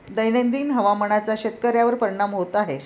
दैनंदिन हवामानाचा शेतकऱ्यांवर परिणाम होत आहे